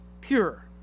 pure